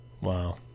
Wow